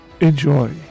Enjoy